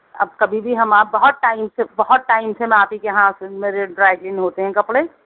اب کبھی بھی ہم آپ بہت ٹائم سے بہت ٹائم سے میں آپ ہی کے یہاں سے میرے ڈرائی کلین ہوتے ہیں کپڑے